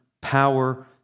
power